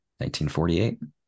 1948